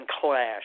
clash